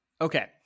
okay